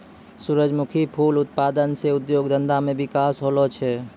सुरजमुखी फूल उत्पादन से उद्योग धंधा मे बिकास होलो छै